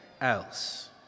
else